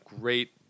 great